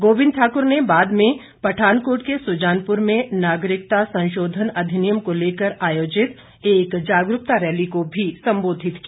गोविंद ठाकुर ने बाद में पठानकोट के सुजानपुर में नागरिकता संशोधन अधिनियम को लेकर आयोजित एक जागरूकता रैली को भी संबोधित किया